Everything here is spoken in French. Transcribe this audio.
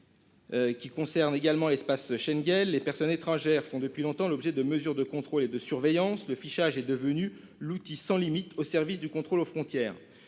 98 porte également sur l'espace Schengen. Les personnes étrangères font depuis longtemps l'objet de mesures de contrôle et de surveillance. Le fichage est devenu l'outil sans limite au service du contrôle aux frontières.